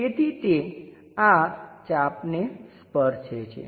તેથી તે આ ચાપને સ્પર્શે છે